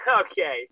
okay